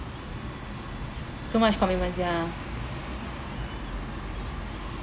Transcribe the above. so much commitments ya